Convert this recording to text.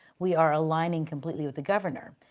we are aligning completely with the governor.